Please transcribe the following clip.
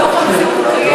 במציאות הקיימת,